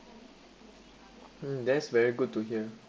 mm that's very good to hear